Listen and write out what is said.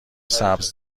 سبز